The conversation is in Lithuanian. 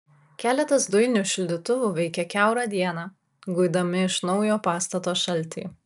keletas dujinių šildytuvų veikė kiaurą dieną guidami iš naujo pastato šaltį